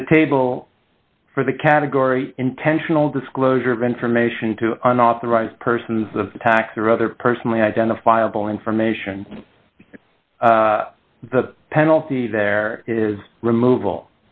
in the table for the category intentional disclosure of information to unauthorized persons the tax or other personally identifiable information the penalty there is removal